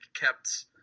kept